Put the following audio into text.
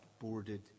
boarded